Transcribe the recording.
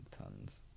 tons